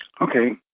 Okay